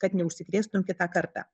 kad neužsikrėstum kitą kartą